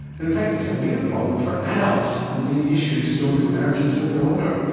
but in fact it's a bigger problem for adults and many issues don't emerge and till you're older.